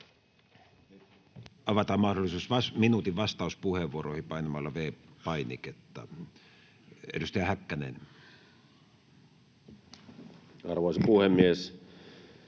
Avataan mahdollisuus minuutin vastauspuheenvuoroihin painamalla V-painiketta. — Edustaja Häkkänen. Arvoisa puhemies!